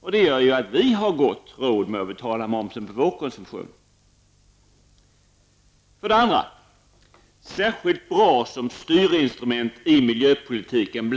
och det gör ju att vi har råd att betala momsen på vår konsumtion. För det andra blev inte skattereformen heller särskilt bra som styrinstrument i miljöpolitiken.